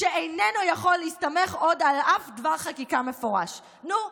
כשאיננו יכול להסתמך עוד על אף דבר חקיקה מפורש?" נו?